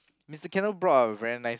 Mister Kenneth brought a very nice